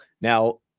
Now